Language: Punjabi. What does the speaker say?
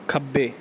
ਖੱਬੇ